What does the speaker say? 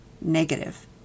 negative